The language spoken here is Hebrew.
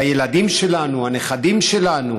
הילדים שלנו, הנכדים שלנו,